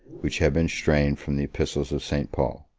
which have been strained from the epistles of st. paul.